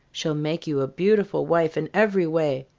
she'll make you a beautiful wife in every way.